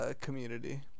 community